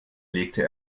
legte